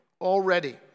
already